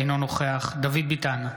אינו נוכח דוד ביטן,